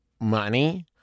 money